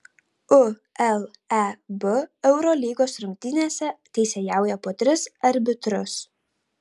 uleb eurolygos rungtynėse teisėjauja po tris arbitrus